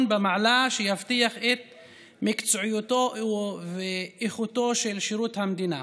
במעלה שיבטיח את מקצועיותו ואיכותו של שירות המדינה.